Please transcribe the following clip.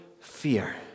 fear